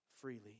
freely